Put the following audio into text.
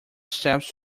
steps